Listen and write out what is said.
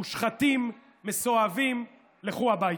מושחתים, מסואבים, לכו הביתה.